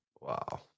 Wow